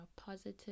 positive